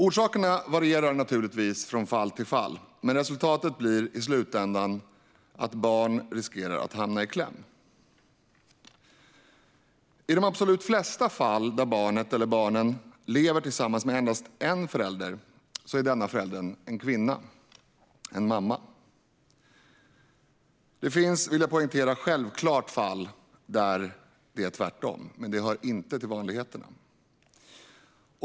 Orsakerna varierar naturligtvis från fall till fall, men resultatet blir i slutändan att barn riskerar att hamna i kläm. I de absolut flesta fall där barnet eller barnen lever tillsammans med endast en förälder är denna förälder en kvinna - en mamma. Det finns, vill jag poängtera, självklart fall där det är tvärtom, men det hör inte till vanligheterna.